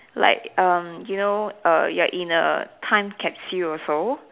like um you know err like in a time capsule also